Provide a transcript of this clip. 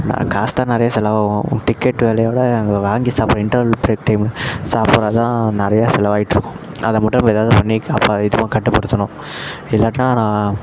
காசு தான் நிறைய செலவாகும் டிக்கெட் விலையை விட அங்கே வாங்கி சாப்பிட்ற இண்டர்வல் ப்ரேக் டைம் சாப்டுறது தான் நிறைய செலவாகிட்ருக்கும் அதை மட்டும் நம்ம ஏதாவது பண்ணி அப்போ இதுவும் கட்டுப்படுத்தணும் இல்லாட்டினா நான்